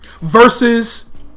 versus